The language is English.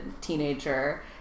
teenager